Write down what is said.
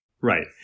Right